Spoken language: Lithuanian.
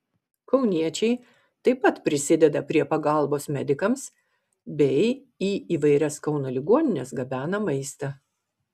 kauniečiai taip pat prisideda prie pagalbos medikams bei į įvairias kauno ligonines gabena maistą